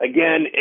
Again